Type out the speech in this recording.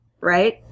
Right